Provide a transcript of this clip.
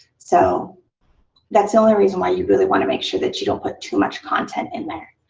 so that's the only reason why you really want to make sure that you don't put too much content in there.